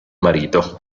marito